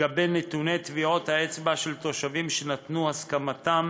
לגבי נתוני טביעות האצבע של תושבים שנתנו הסכמתם